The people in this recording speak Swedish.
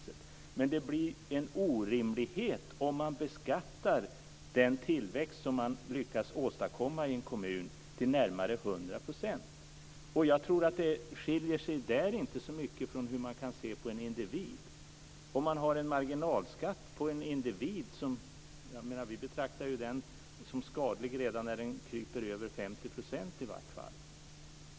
Men det blir en orimlighet om den tillväxt som man lyckats åstadkomma i en kommun beskattas till närmare 100 %. Jag tror att det inte skiljer sig så mycket från hur man kan se på en individ. Vi betraktar en marginalskatt för en individ som skadlig redan när den kryper över 50 %.